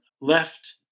left